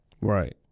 Right